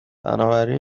بنابراین